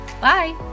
Bye